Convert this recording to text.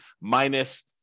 minus